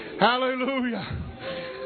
hallelujah